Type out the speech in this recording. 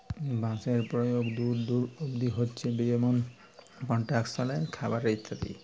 বাঁশের পরয়োগ দূর দূর অব্দি হছে যেমল কলস্ট্রাকশলে, খাবারে ইত্যাদি